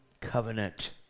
covenant